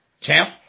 Champ